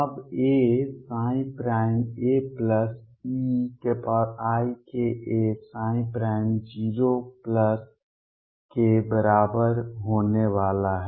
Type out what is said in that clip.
अब a a eika 0 के बराबर होने वाला है